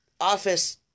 office